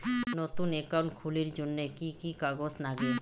নতুন একাউন্ট খুলির জন্যে কি কি কাগজ নাগে?